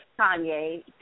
Kanye